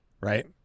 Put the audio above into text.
right